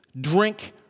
drink